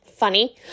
funny